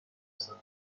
کسانی